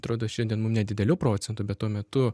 atrodo šiandien nu nedidelių procentų bet tuo metu